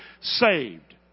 saved